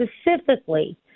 specifically